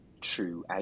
true